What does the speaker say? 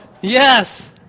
Yes